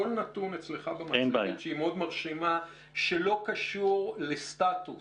כל נתון שלך במצגת שהיא מאוד מרשימה שלא קשור לסטטוס,